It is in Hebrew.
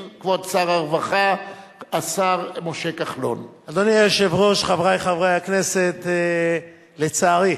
של חבר הכנסת יריב לוין,